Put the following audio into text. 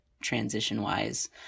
transition-wise